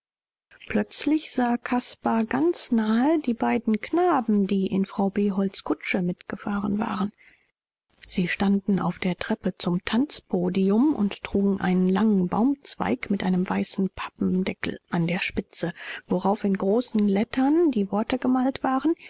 plötzlich sah caspar ganz nahe die beiden knaben die in frau beholds kutsche mitgefahren waren sie standen auf der treppe zum tanzpodium und trugen einen langen baumzweig mit einem weißen pappendeckel an der spitze worauf in großen lettern die worte gemalt waren